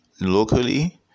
locally